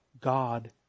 God